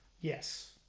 yes